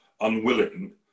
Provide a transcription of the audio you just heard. unwilling